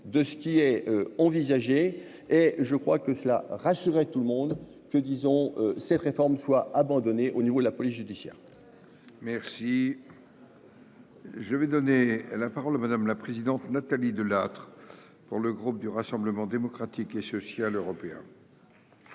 de ce qui est envisagé, et je crois que cela rassurerait tout le monde que disons cette réforme soit abandonné au niveau de la police judiciaire, merci. Je vais donner la parole madame la présidente Nathalie Delattre pour le groupe du Rassemblement démocratique et social européen.